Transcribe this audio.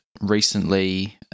recently